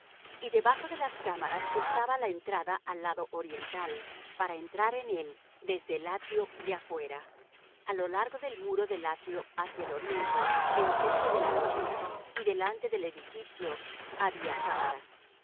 y debajo de las cámaras estaba la entrada al lado oriental para entrar en él desde el atrio de afuera a lo largo del muro del atrio hacia el oriente enfrente de la lonja y delante del edificio había cámaras